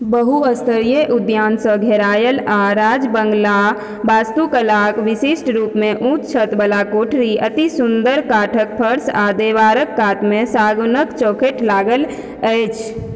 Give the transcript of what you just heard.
बहुस्तरीय उद्यानसँ घेराएल आओर राजबङ्गला वास्तुकलाके विशिष्ट रूपमे ऊँच छतवला कोठरी अति सुन्दर काठके फर्श आओर देबारके कातमे सागौनके चौखटि लागल अछि